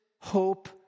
hope